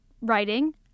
writing